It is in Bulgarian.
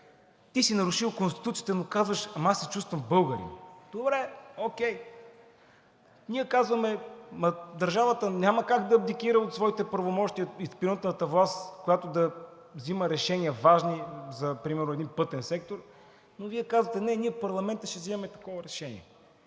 Ти си нарушил Конституцията, но казваш: „Ама, аз се чувствам българин.“ Добре, окей. Ние казваме: „Държавата няма как да абдикира от своите правомощия, изпълнителната власт, която да взима решения, важни за, примерно, един пътен сектор, но Вие казвате: „Не, ние в парламента ще взимаме такова решение.“